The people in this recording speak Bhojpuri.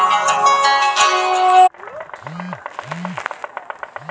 सोना कितना देहम की लोन मिली?